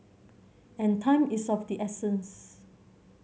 and time is of the essence